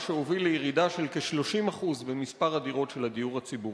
מה שהוביל לירידה של כ-30% במספר הדירות של הדיור הציבורי.